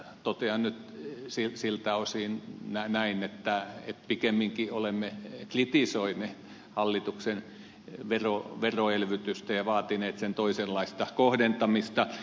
totean nyt siltä osin näin että pikemminkin olemme kritisoineet hallituksen veroelvytystä ja vaatineet sen toisenlaista kohdentamista